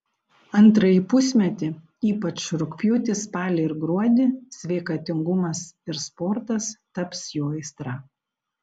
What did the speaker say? antrąjį pusmetį ypač rugpjūtį spalį ir gruodį sveikatingumas ir sportas taps jų aistra